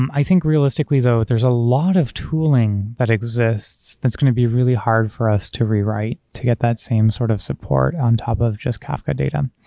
i think, realistically though, there's a lot of tooling that exists that's going to be really hard for us to rewrite to get that same sort of support on top of just kafka data,